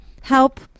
help